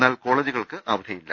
എന്നാൽ കോളേ ജുകൾക്ക് അവധിയില്ല